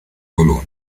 bologna